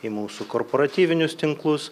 į mūsų korporatyvinius tinklus